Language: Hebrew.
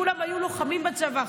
כולם היו לוחמים בצבא,